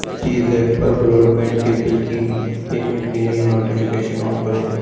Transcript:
پے Zip پر broadband کے bill کی پیمنٹ کے لیے نوٹیفیکیشن آن کرو